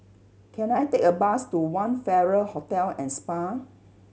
can I take a bus to One Farrer Hotel and Spa